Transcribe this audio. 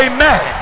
Amen